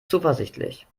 zuversichtlich